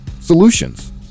solutions